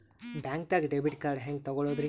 ಬ್ಯಾಂಕ್ದಾಗ debit card ಹೆಂಗ್ ತಗೊಳದ್ರಿ?